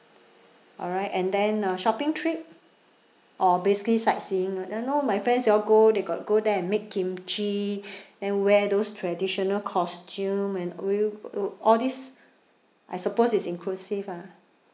alright and then uh shopping trip or basically sightseeing like that lor my friends they all go they got go there and make kimchi then wear those traditional costume and we'll all these I suppose is inclusive ah